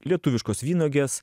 lietuviškos vynuogės